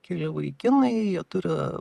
keli vaikinai jie turi